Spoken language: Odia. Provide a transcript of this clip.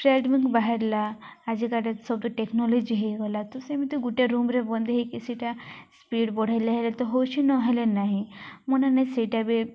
ଟ୍ରେଡମିଲ୍ ବାହାରିଲା ଆଜିକାଲି ସବୁ ଟେକ୍ନୋଲୋଜି ହେଇଗଲା ତ ସେମିତି ଗୁଟେ ରୁମରେ ବନ୍ଦ ହେଇକି ସେଇଟା ସ୍ପିଡ଼ ବଢ଼େଇଲେ ହେଲେ ତ ହଉଛି ନହେଲେ ନାହିଁ ମନେ ନାଇଁ ସେଇଟା ବି